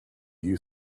you